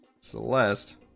Celeste